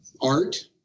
art